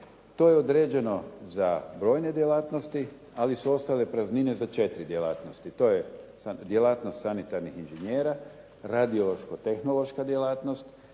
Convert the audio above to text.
To je određeno za brojne djelatnosti, ali su ostale praznine za četiri djelatnosti. To je djelatnost sanitarnih inženjera, radiološko-tehnološka djelatnost,